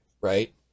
right